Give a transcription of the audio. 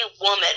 woman